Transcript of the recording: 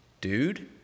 Dude